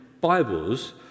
Bibles